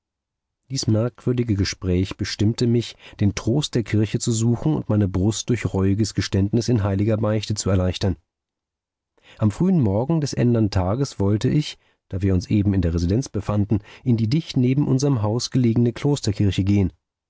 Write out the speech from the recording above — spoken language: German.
dies merkwürdige gespräch bestimmte mich den trost der kirche zu suchen und meine brust durch reuiges geständnis in heiliger beichte zu erleichtern am frühen morgen des ändern tages wollte ich da wir uns eben in der residenz befanden in die dicht neben unserm hause gelegene klosterkirche gehen